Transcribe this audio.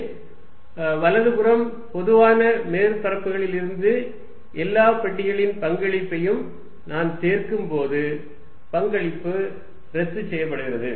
எனவே வலது புறம் பொதுவான மேற்பரப்புகளிலிருந்து எல்லா பெட்டிகளின் பங்களிப்பையும் நான் சேர்க்கும்போது பங்களிப்பு ரத்துசெய்யப்படும்